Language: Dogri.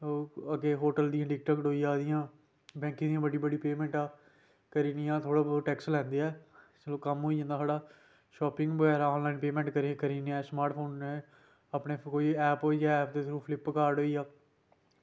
होर होटल दियां टिकटां कटोई जा दियां बैंकिंग दी बड़ी बड्डी पेमैंट आ ते ओह् इंया थोह्ड़ा बहुत टैक्स लांदे आ एह् कम्म होई जंदा साढ़ा शॉपिंग बगैरा ऑनलाइन पेमैंट करी ना स्मार्टफोन अपना ऐप होइया फ्लिपकॉर्ट होइया